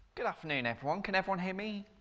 good afternoon everyone, can everyone hear me?